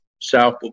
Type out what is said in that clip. South